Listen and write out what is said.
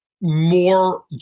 more